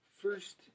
first